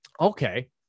okay